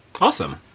Awesome